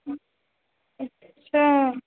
अच्छा